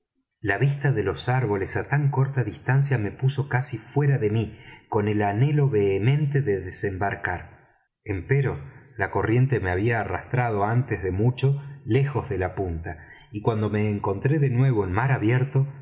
la vista de los árboles á tan corta distancia me puso casi fuera de mí con el anhelo vehemente de desembarcar empero la corriente me había arrastrado antes de mucho lejos de la punta y cuando me encontré de nuevo en mar abierto